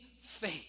faith